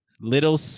Little